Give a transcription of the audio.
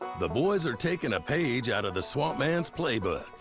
the boys are taking a page out of the swamp man's playbook.